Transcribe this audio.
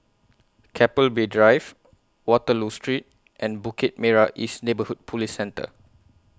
Keppel Bay Drive Waterloo Street and Bukit Merah East Neighbourhood Police Centre